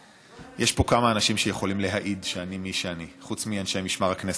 יש פה כמה אנשים שיכולים להעיד שאני מי שאני חוץ מאנשי משמר הכנסת.